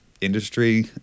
industry